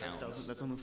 counts